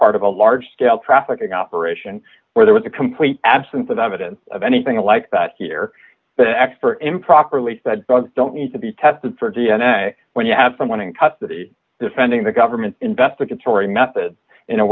part of a large scale trafficking operation where there was a complete absence of evidence of anything like that here but expert improperly said drugs don't need to be tested for d n a when you have someone in custody defending the government investigatory methods in a